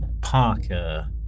Parker